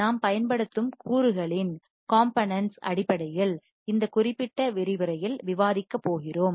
நாம் பயன்படுத்தும் கூறுகளின் காம்போனென்ட்ஸ் அடிப்படையில் இந்த குறிப்பிட்ட விரிவுரையில் விவாதிக்கப் போகிறோம்